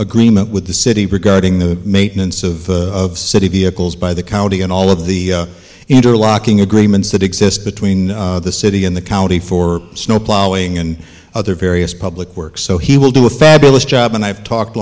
agreement with the city regarding the maintenance of city vehicles by the county and all of the interlocking agreements that exist between the city and the county for snow plowing and other various public works so he will do a fabulous job and i've talked